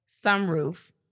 sunroof